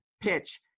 PITCH